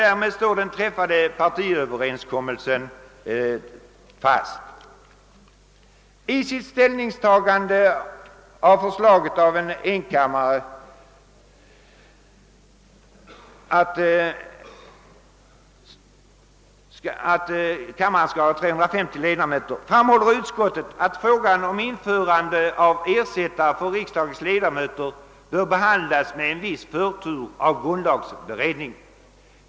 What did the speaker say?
Därmed står den träffade partiöverenskommelsen fast. I sitt ställningstagande till förslaget att enkammaren skall bestå av 350 ledamöter framhåller utskottet, att frågan om införande av ersättare för riksdagsledamöter bör behandlas med viss förtur av grundlagberedningen.